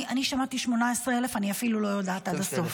אני שמעתי 18,000, אני אפילו לא יודעת עד הסוף.